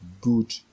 good